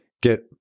get